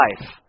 life